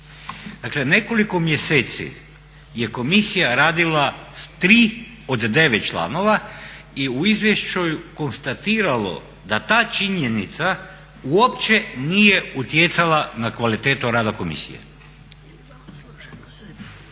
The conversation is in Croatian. Dakle nekoliko mjeseci je komisija radila s 3 od 9 članova i u izvješću je konstatirano da ta činjenica uopće nije utjecala na kvalitetu rada komisije.